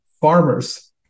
farmers